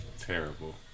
terrible